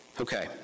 Okay